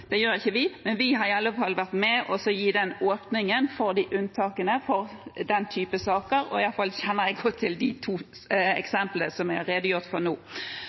Det gjør ikke vi, men vi har i alle fall vært med på å gi en åpning for unntak i den typen saker. Jeg kjenner i hvert fall godt til de to eksemplene som jeg har redegjort for nå.